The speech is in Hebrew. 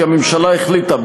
כי הממשלה החליטה,